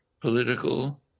political